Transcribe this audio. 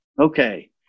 okay